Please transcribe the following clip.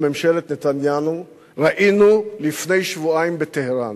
ממשלת נתניהו ראינו לפני שבועיים בטהרן.